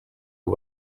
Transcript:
the